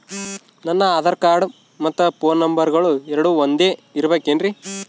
ನನ್ನ ಆಧಾರ್ ಕಾರ್ಡ್ ಮತ್ತ ಪೋನ್ ನಂಬರಗಳು ಎರಡು ಒಂದೆ ಇರಬೇಕಿನ್ರಿ?